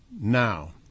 Now